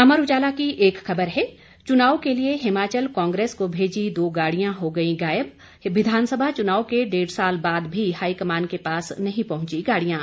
अमर उजाला की एक खबर है चुनाव के लिए हिमाचल कांग्रेस को भेजीं दो गाड़ियां हो गई गायब विधानसभा चुनाव के डेढ़ साल बाद भी हाईकमान के पास नहीं पहुंचीं गाड़ियां